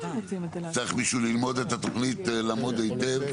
צריך שמישהו ילמד את התוכנית, לעמוד את ההטיל.